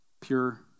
pure